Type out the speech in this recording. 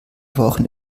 wochen